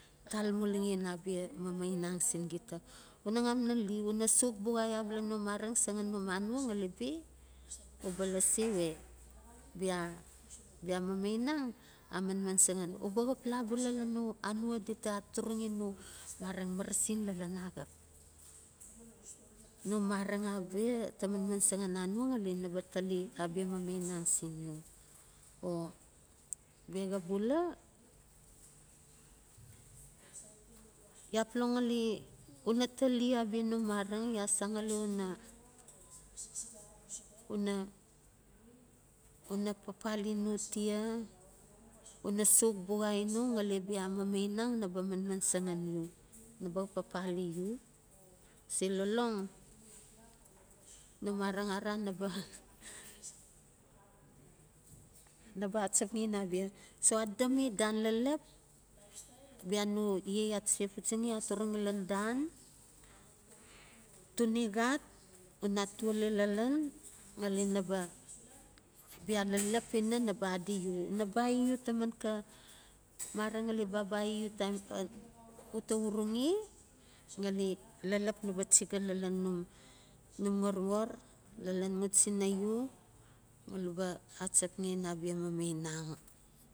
Tal mulaxen abia mamainen sin gita. Una xum nan li una sok buxai abala